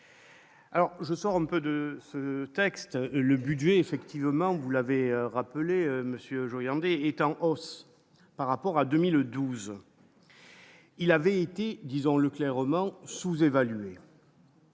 Alors ce soir on peut de ce texte, le budget effectivement vous l'avait rappelé Monsieur Joyandet est en hausse par rapport à 2012. Il avait été disons-le clairement sous-évalué.